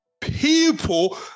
people